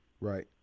Right